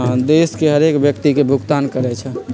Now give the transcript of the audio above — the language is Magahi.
देश के हरेक व्यक्ति के भुगतान करइ छइ